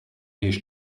this